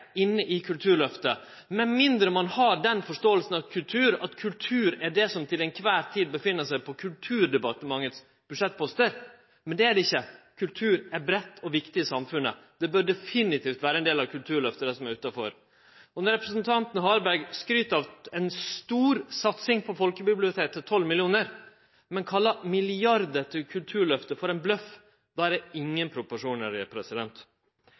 inne i Kulturløftet, med mindre ein har den forståinga av kultur at kultur er det som til ein kvar tid er på budsjettpostane til Kulturdepartementet. Men det er det ikkje. Kultur er breitt og viktig i samfunnet. Det som er utanfor budsjettpostane til Kulturdepartementet, bør definitivt vere ein del av Kulturløftet. Når representanten Harberg skryt av ei stor satsing på folkebiblioteka på 12 mill. kr, men kallar milliardar til Kulturløftet for ein bløff, då er det ingen